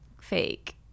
fake